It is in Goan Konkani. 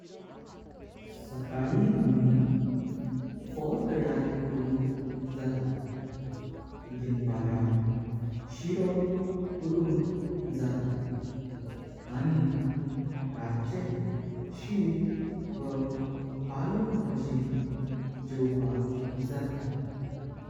सकाळी आम्ही फो तयार करून खाऊंक जाता। दिनपरा शीरो खाऊंक जाता आणी राच्हे शीत वाह पळक भाजी जेवुंक जाता।